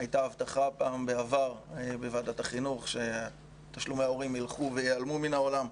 הייתה הבטחה בעבר בוועדת החינוך שתשלומי ההורים ילכו וייעלמו מן העולם.